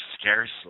scarcely